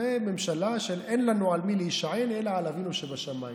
זאת ממשלה של אין לנו על מי להישען אלא על אבינו שבשמיים,